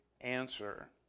answer